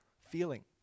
Feeling